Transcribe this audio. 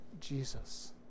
Jesus